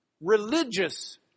religious